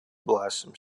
blossom